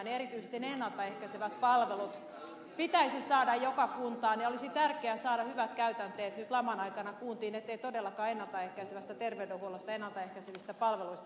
erityisesti ne ennalta ehkäisevät palvelut pitäisi saada joka kuntaan ja olisi tärkeää saada hyvät käytänteet nyt laman aikana kuntiin ettei todellakaan ennalta ehkäisevästä terveydenhuollosta ennalta ehkäisevistä palveluista säästettäisi